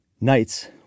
Nights